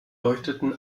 leuchteten